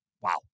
wow